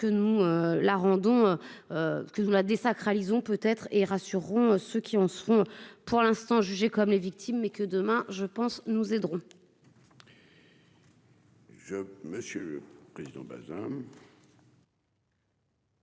que nous la désacralise on peut être et rassureront ceux qui en seront pour l'instant, jugés comme les victimes mais que demain je pense, nous aiderons.